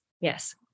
Yes